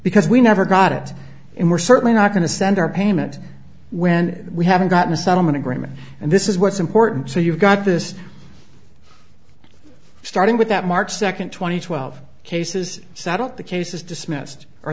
because we never got it and we're certainly not going to send our payment when we haven't gotten a settlement agreement and this is what's important so you've got this starting with that march second two thousand and twelve cases settled the case is dismissed or